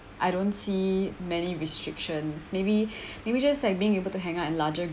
I don't see many restriction maybe maybe just like being able to hang out in larger